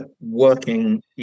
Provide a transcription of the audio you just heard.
working